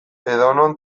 edonon